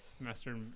master